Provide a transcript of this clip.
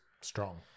strong